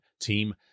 team